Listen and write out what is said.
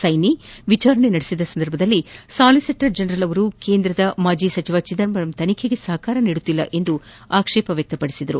ಸ್ನೆನಿ ಅವರು ವಿಚಾರಣೆ ನಡೆಸಿದ ಸಂದರ್ಭದಲ್ಲಿ ಸ್ಯಾಲಿಸೇಟರ್ ಜನರಲ್ ಅವರು ಕೇಂದ್ರ ಮಾಜಿ ಸಚಿವ ಚಿದಂಬರಂ ತನಿಖೆಗೆ ಸಹಕಾರ ನೀಡುತ್ತಿಲ್ಲ ಎಂದು ದೂರಿದ್ದರು